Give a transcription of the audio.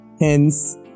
Hence